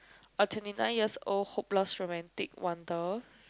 a twenty nine years old hopeless romantic wonder